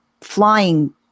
flying